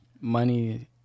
money